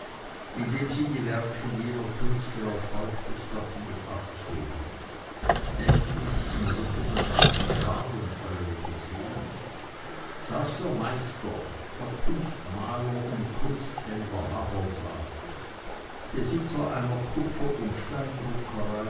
indem sie die werke jener künstler auf feuchtes papier abzogen endlich im rücken der ganzen schar und alle übersehend saß der meister herr kunstmaler und kunsthändler habersaat besitzer einer kupfer und